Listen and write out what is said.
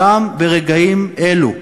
גם ברגעים אלו,